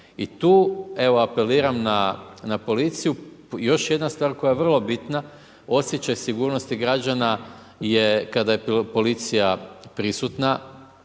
evo, apeliram na policiju. Još jedna stvar, koja je vrlo bitno, osjećaj sigurnosti građana je kada je policija prisutna